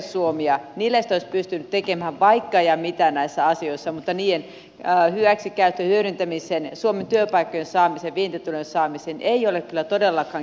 niillä olisi pystynyt tekemään vaikka ja mitä näissä asioissa mutta niiden hyväksikäyttöön hyödyntämiseen suomeen työpaikkojen saamiseen vientitulojen saamiseen ei ole kyllä todellakaan kiinnitetty huomiota